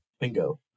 bingo